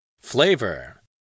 Flavor